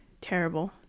terrible